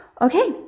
Okay